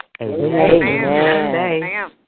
Amen